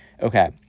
Okay